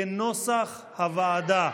כנוסח הוועדה.